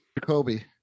Jacoby